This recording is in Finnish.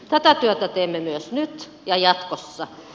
tätä työtä teemme myös nyt ja jatkossa